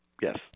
Yes